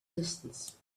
distance